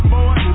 Boy